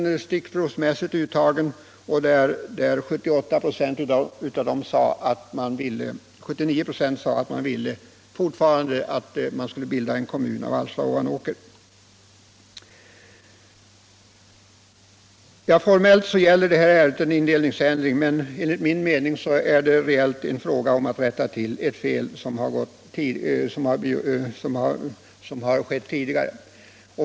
En radioenkät som gjordes i början av mars på en population av 100 stickprovsmässigt uttagna personer visade att 78 96 fortfarande ville att det skulle bildas en kommun av Alfta och Ovanåker. Formellt gäller detta ärende en indelningsändring, men reellt är det enligt min mening fråga om att rätta till ett fel som begåtts tidigare.